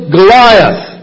Goliath